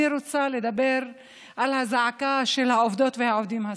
אני רוצה לדבר על הזעקה של העובדות והעובדים הסוציאליים.